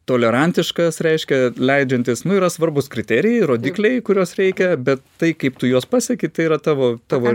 tolerantiškas reiškia leidžiantis nu yra svarbūs kriterijai rodikliai kuriuos reikia bet tai kaip tu juos pasieki tai yra tavo tavo